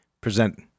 present